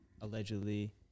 allegedly